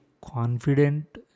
confident